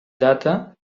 data